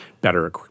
better